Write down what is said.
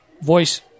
voice